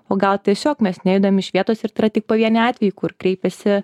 o gal tiesiog mes nejudam iš vietos ir tai yra tik pavieniai atvejai kur kreipiasi